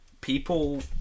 people